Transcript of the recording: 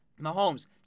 Mahomes